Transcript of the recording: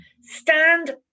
stand